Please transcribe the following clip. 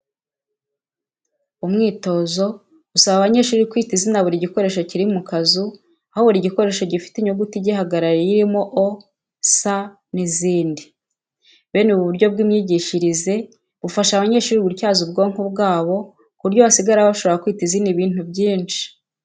Umwitozo usaba abanyeshuri kwita izina buri gikoresho kiri mu kazu, aho buri gikoresho gifite inyuguti igihagarariye irimo O, S n'izindi. Bene ubu buryo bw'imyigishirize bufasha abanyeshuri gutyaza ubwonko bwabo ku buryo basigara bashobora kwita izina ibintu byinshi.